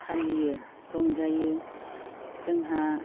फालियो रंजायो जोंहा